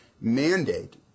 mandate